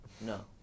No